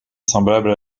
semblable